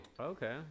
Okay